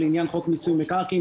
שזה עניין חוק מיסוי מקרקעין.